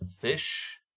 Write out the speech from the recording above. Fish